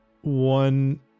one